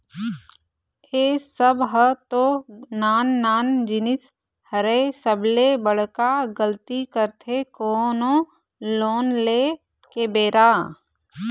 ए सब ह तो नान नान जिनिस हरय सबले बड़का गलती करथे कोनो लोन ले के बेरा